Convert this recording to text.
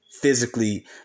physically